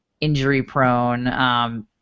injury-prone